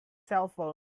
cellphone